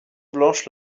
blanche